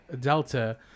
Delta